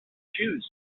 shoes